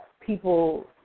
people